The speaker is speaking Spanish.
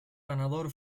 ganador